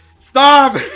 Stop